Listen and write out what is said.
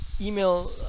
email